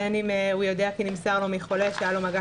בין אם הוא יודע כי נמסר לי מחולה שהיה לו מגע